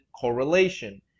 correlation